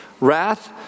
Wrath